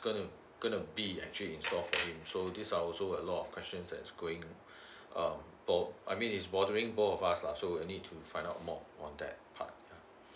gonna gonna be a change for him so these are also a lot of questions that's going um or I mean it's bothering both of us lah so I need to find out more on that part yeah